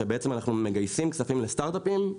הבנתי.